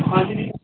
ਹਾਂਜੀ ਜੀ